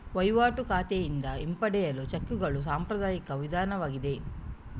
ವಹಿವಾಟು ಖಾತೆಯಿಂದ ಹಿಂಪಡೆಯಲು ಚೆಕ್ಕುಗಳು ಸಾಂಪ್ರದಾಯಿಕ ವಿಧಾನವಾಗಿದೆ